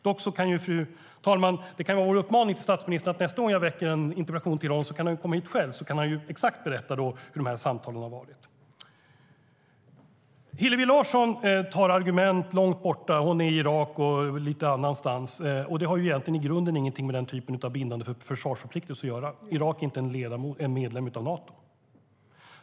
Dock kan det, fru talman, vara en uppmaning till statsministern att nästa gång jag väcker en interpellation till honom så kan han komma hit själv och exakt berätta hur de här samtalen har varit. Hillevi Larsson tar argument långt borta. Hon är i Irak och på andra ställen. Det har egentligen i grunden ingenting med den typen av bindande försvarsförpliktelser att göra. Irak är inte en medlem av Nato.